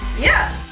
yeah.